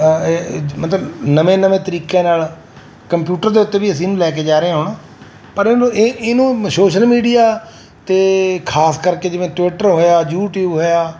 ਮਤਲਬ ਨਵੇਂ ਨਵੇਂ ਤਰੀਕੇ ਨਾਲ ਕੰਪਿਊਟਰ ਦੇ ਉੱਤੇ ਵੀ ਅਸੀਂ ਇਹਨੂੰ ਲੈ ਕੇ ਜਾ ਰਹੇ ਆ ਹੁਣ ਪਰ ਇਹਨੂੰ ਇਹ ਇਹਨੂੰ ਸੋਸ਼ਲ ਮੀਡੀਆ 'ਤੇ ਖਾਸ ਕਰਕੇ ਜਿਵੇਂ ਟਵਿਟਰ ਹੋਇਆ ਯੂਟਿਊਬ ਹੋਇਆ